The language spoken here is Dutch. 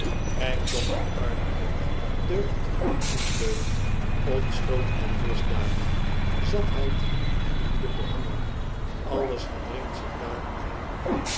rijkdom en armoede deugd en ondeugd onschuld en misdaad zatheid en woedende honger alles verdringt zich